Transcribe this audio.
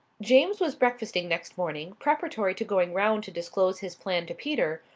james was breakfasting next morning, preparatory to going round to disclose his plan to peter,